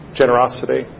generosity